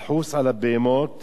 לחוס על הבהמות